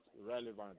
relevant